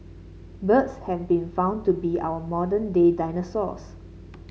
birds have been found to be our modern day dinosaurs